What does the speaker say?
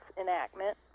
enactment